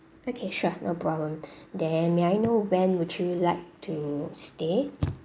okay sure no problem then may I know when would you like to stay